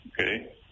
Okay